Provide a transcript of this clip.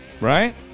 Right